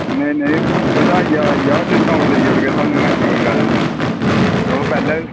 नेईं नेईं तुस आई जाओ डिस्काऊंट देई ओड़गे तुसेंगी ऐसी कोई गल्ल निं ऐ तुसें पैह्लें बी